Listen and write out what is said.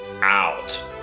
out